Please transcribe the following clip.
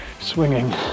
swinging